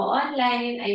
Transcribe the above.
online